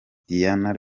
diane